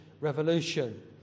Revolution